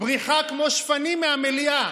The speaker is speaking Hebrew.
בריחה כמו שפנים מהמליאה